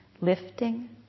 Lifting